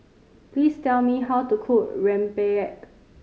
please tell me how to cook rempeyek